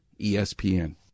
ESPN